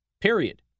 Period